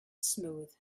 smooth